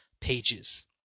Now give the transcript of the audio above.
pages